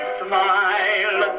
smile